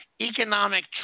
economic